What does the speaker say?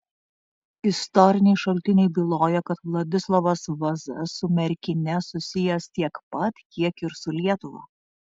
istoriniai šaltiniai byloja kad vladislovas vaza su merkine susijęs tiek pat kiek ir su lietuva